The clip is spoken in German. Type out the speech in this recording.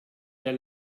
der